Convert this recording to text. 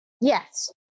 Yes